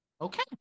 Okay